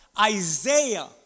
Isaiah